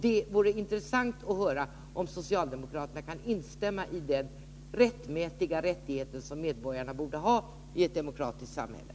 Det vore intressant att få höra om socialdemokraterna kan instämma i att medborgarna i ett demokratiskt samhälle bör ha en rättighet till det.